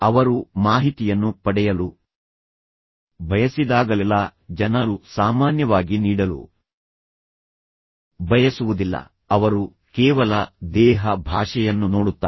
ಅವರು ಮಾಹಿತಿಯನ್ನು ಪಡೆಯಲು ಬಯಸಿದಾಗಲೆಲ್ಲಾ ಜನರು ಸಾಮಾನ್ಯವಾಗಿ ನೀಡಲು ಬಯಸುವುದಿಲ್ಲ ಅವರು ಕೇವಲ ದೇಹ ಭಾಷೆಯನ್ನು ನೋಡುತ್ತಾರೆ